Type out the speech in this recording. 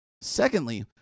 Secondly